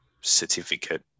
certificate